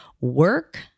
work